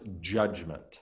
judgment